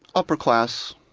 upper class,